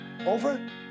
Over